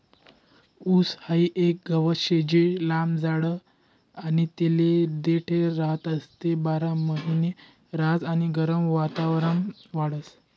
ऊस हाई एक गवत शे जे लंब जाड आणि तेले देठ राहतस, ते बारामहिना रहास आणि गरम वातावरणमा वाढस